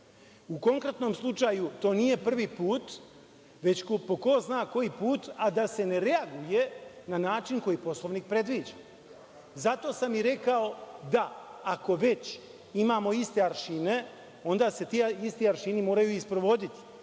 U konkretnom slučaju, to nije prvi put, već po ko zna koji put a da se ne reaguje na način koji Poslovnik predviđa. Zato sam i rekao da, ako već imamo iste aršine, onda se ti isti aršini moraju i sprovoditi,